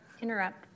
interrupt